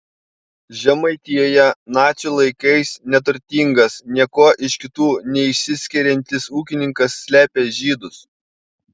žemaitijoje nacių laikais neturtingas niekuo iš kitų neišsiskiriantis ūkininkas slepia žydus